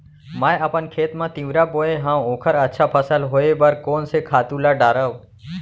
मैं अपन खेत मा तिंवरा बोये हव ओखर अच्छा फसल होये बर कोन से खातू ला डारव?